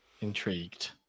intrigued